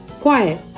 quiet